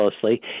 closely